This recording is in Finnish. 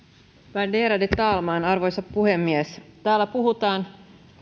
värderade talman arvoisa puhemies täällä puhutaan